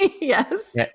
Yes